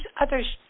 others